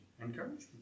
encouragement